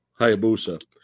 Hayabusa